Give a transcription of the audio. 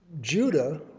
Judah